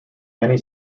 many